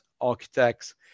architects